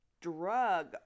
drug